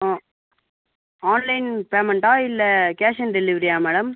online பேமெண்ட்டா இல்லை cash on டெலிவரியா மேடம்